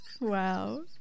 wow